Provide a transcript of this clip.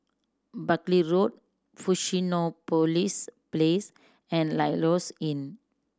Buckley Road Fusionopolis police Place and Lloyds Inn